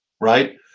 right